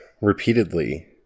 repeatedly